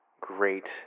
great